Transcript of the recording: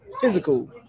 physical